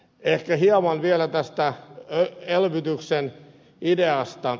ehkä hieman vielä tästä elvytyksen ideasta